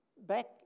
back